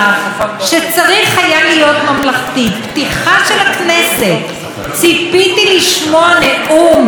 בפתיחה של הכנסת ציפיתי לשמוע נאום שבאמת מבטא את האחדות.